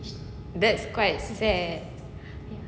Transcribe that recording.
that's quite sad